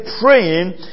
praying